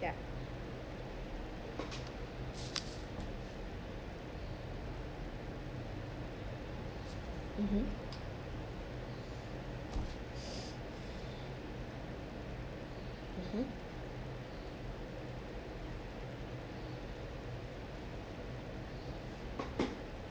ya mmhmm mmhmm